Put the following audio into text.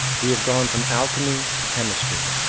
we have gone from alchemy to chemistry,